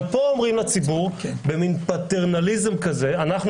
אבל פה אומרים לציבור במין פטרנליזם כזה: אנחנו